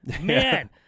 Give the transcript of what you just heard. man